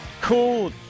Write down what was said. cool